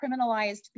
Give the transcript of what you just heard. criminalized